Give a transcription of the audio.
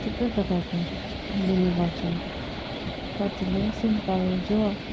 थुप्रै प्रकारको दिने गर्छन् कतिले सिम्पल जो